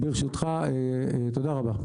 ברשותך, תודה רבה.